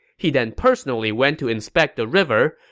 he then personally went to inspect the river,